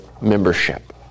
membership